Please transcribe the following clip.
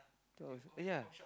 eh ya